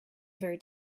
very